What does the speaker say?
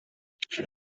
czyś